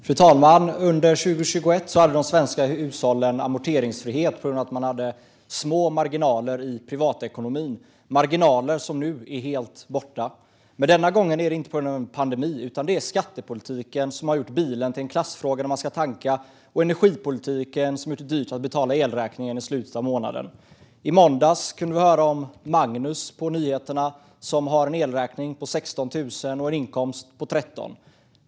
Fru talman! Under 2021 hade de svenska hushållen amorteringsfrihet på grund av att de hade små marginaler i privatekonomin. Dessa marginaler är nu helt borta. Denna gång är det dock inte på grund av en pandemi, utan det är skattepolitiken som har gjort bilen till en klassfråga när man ska tanka och energipolitiken som har gjort det dyrt att betala elräkningen i slutet av månaden. I måndags kunde vi på nyheterna höra om Magnus, som har en elräkning på 16 000 och en inkomst på 13 000.